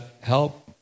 help